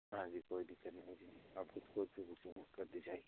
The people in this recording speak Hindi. हाँ जी कोई दिक्कत नहीं आएगी आपको तो कोई सी भी सी हो कर दी जाएगी